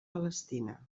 palestina